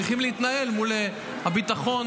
צריכים להתנהל מול הביטחון,